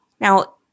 Now